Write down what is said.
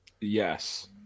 Yes